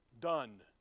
Done